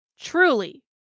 truly